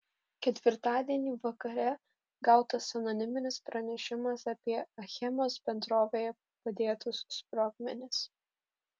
ketvirtadienį vakare gautas anoniminis pranešimas apie achemos bendrovėje padėtus sprogmenis